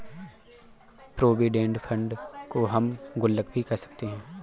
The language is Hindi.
प्रोविडेंट फंड को हम गुल्लक भी कह सकते हैं